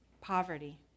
poverty